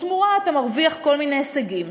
ובתמורה אתה מרוויח כל מיני הישגים,